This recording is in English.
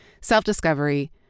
self-discovery